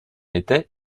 était